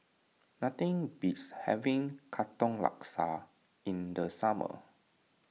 nothing beats having Katong Laksa in the summer